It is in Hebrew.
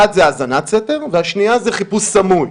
אחת זה האזנת סתר, והשנייה זה חיפוש סמוי.